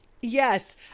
Yes